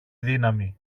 δύναμη